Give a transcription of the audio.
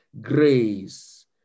grace